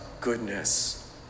goodness